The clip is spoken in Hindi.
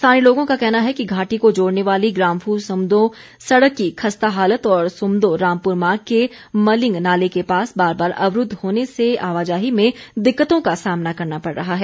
स्थानीय लोगों का कहना है कि घाटी को जोड़ने वाली ग्राम्फू सुमदों सड़क की खस्ता हालत और सुमदों रामपुर मार्ग के मलिंग नाले के पास बार बार अवरूद्व होने से आवाजाही में दिक्कतों का सामना करना पड़ रहा है